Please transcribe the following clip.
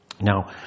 Now